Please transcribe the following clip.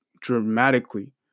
dramatically